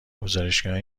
گزارشهای